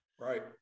Right